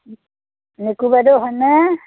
নি নিকু বাইদেউ হয়নে